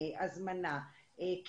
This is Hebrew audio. הזמנה,